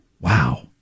Wow